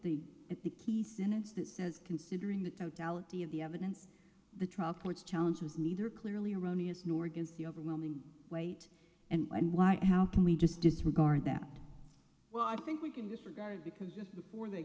the at the key sentence that says considering the totality of the evidence the trial court challenge was neither clearly erroneous nor against the overwhelming weight and why how can we just disregard that well i think we can disregard because just before they